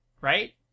right